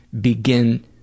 begin